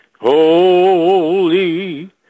holy